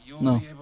no